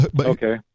Okay